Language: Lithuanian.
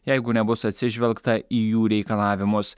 jeigu nebus atsižvelgta į jų reikalavimus